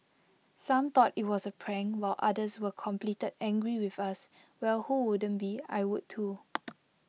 some thought IT was A prank while others were completed angry with us well who wouldn't be I would too